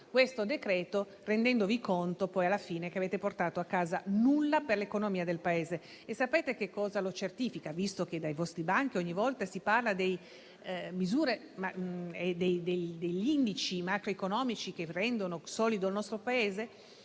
decreto-legge, rendendovi conto che alla fine non avete portato a casa nulla per l'economia del Paese. Sapete che cosa lo certifica, visto che dai vostri banchi ogni volta si parla delle misure e degli indici macroeconomici che rendono solido il nostro Paese?